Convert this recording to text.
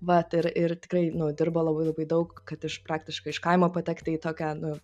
vat ir ir tikrai nu dirbo labai labai daug kad iš praktiškai iš kaimo patekti į tokią nu